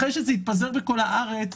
אחרי שזה התפזר בכל הארץ,